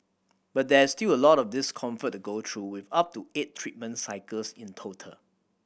but there is still a lot of discomfort to go through with up to eight treatment cycles in total